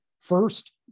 First